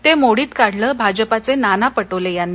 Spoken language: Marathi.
ते मोडित काढलं भाजपाचे नाना पटोले यांनी